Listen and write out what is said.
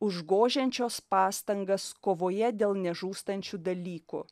užgožiančios pastangas kovoje dėl nežūstančių dalykų